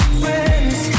friends